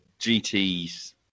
GTs